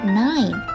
nine